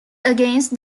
against